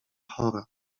chora